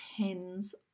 depends